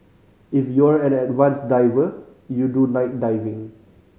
if you're an advanced diver you do night diving